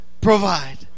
provide